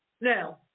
Now